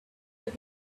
that